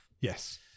Yes